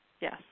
Yes